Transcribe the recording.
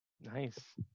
Nice